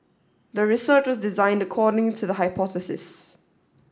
the research was designed according to the hypothesis